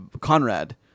Conrad